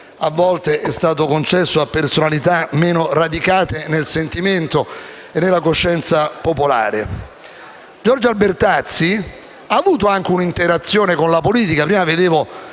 a volte, è stato concesso a personalità meno radicate nel sentimento e nella coscienza popolare. Giorno Albertazzi ha avuto anche un'interazione con la politica. Ho sentito